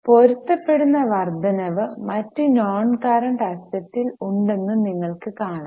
പൊരുത്തപ്പെടുന്ന വർദ്ധനവ് മറ്റു നോൺ കറൻറ് അസ്സെറ്റിൽ ഉണ്ടെന്നു നിങ്ങൾക് കാണാം